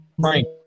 Frank